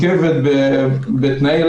ציבורית לפי תקנה 3 או שחדל להתקיים בו תנאי מהתנאים